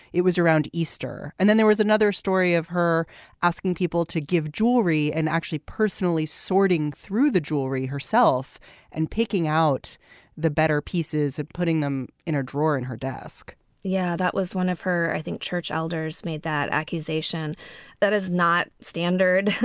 it was around easter and then there was another story of her asking people to give jewelry and actually personally sorting through the jewelry herself and picking out the better pieces and putting them in a drawer in her desk yeah that was one of her i think church elders made that accusation that is not standard.